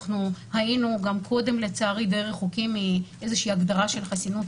היינו גם קודם לצערי די רחוקים מאיזושהי הגדרה של חסינות